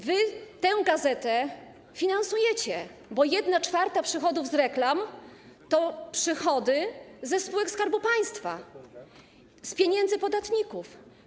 Wy tę gazetę finansujecie, bo 1/4 przychodów z reklam to przychody ze spółek Skarbu Państwa, z pieniędzy podatników.